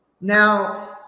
Now